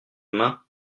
main